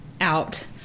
out